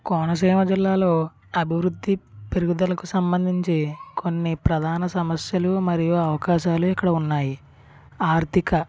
కోనసీమ జిల్లాలో అభివృద్ధి పెరుగుదలకు సంబంధించి కొన్ని ప్రధాన సమస్యలు మరియు అవకాశాలే ఇక్కడ ఉన్నాయి ఆర్ధిక